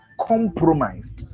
compromised